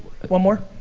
one more.